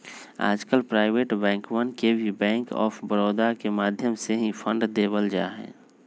आजकल प्राइवेट बैंकवन के भी बैंक आफ बडौदा के माध्यम से ही फंड देवल जाहई